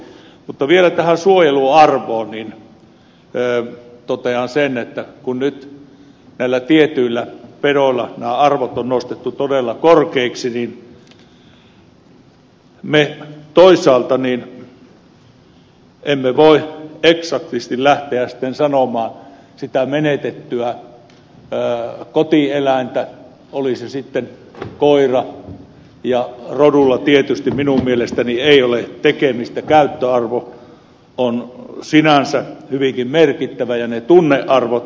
mutta vielä suojeluarvoon totean sen että kun nyt näillä tietyillä pedoilla arvot on nostettu todella korkeiksi niin me toisaalta emme voi eksaktisti lähteä sanomaan sitä menetettyä kotieläintä oli se sitten vaikka koira ja rodulla ei tietysti minun mielestäni ole tekemistä käyttöarvo on sinänsä hyvinkin merkittävä ja ne tunnearvot